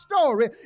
story